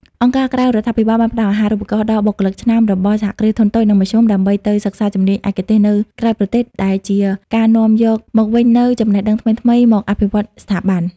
អង្គការក្រៅរដ្ឋាភិបាលផ្ដល់អាហារូបករណ៍ដល់បុគ្គលិកឆ្នើមរបស់ សហគ្រាសធុនតូច និងមធ្យម ដើម្បីទៅសិក្សាជំនាញឯកទេសនៅក្រៅប្រទេស ដែលជាការនាំយកមកវិញនូវចំណេះដឹងថ្មីៗមកអភិវឌ្ឍស្ថាប័ន។